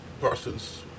persons